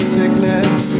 sickness